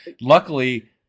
luckily